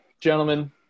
gentlemen